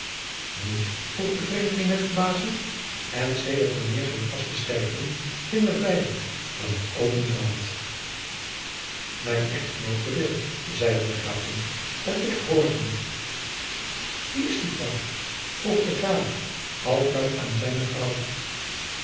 niet vroeg de vreemdeling met verbazing en sedert wanneer zijn vaste sterkten minder veilig dan het open veld mijn echtgenoot beveelt zeide de gravin en ik gehoorzaam wie is die vrouw vroeg de graaf halfluid aan zijne vrouw